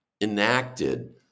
enacted